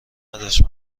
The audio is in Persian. نداشته